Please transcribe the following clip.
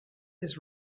his